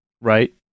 right